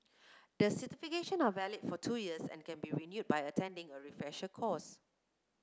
the certification are valid for two years and can be renewed by attending a refresher course